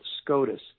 SCOTUS